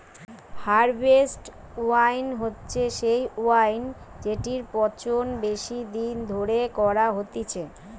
harvest wine হচ্ছে সেই wine জেটির পচন বেশি দিন ধরে করা হতিছে